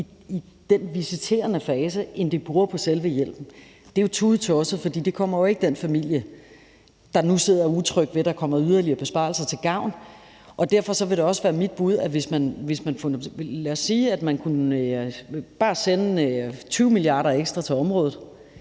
i den visiterende fase, end de bruger på selve hjælpen. Det er tudetosset, for det kommer jo ikke den familie, der nu sidder og er utryg ved, at der kommer yderligere besparelser, til gavn. Lad os sige, at man bare kunne sende 20 mia. kr. ekstra til området.